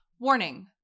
Warning